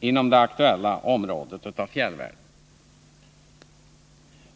inom det aktuella området i fjällvärlden.